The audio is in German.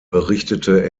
berichtete